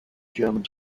german